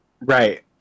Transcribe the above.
Right